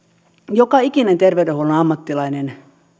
joka ikinen terveydenhuollon ammattilainen